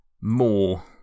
more